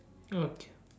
okay